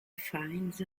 finds